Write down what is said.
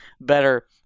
better